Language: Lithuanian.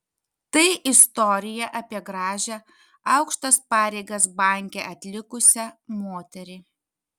tai istorija apie gražią aukštas pareigas banke atlikusią moterį